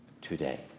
today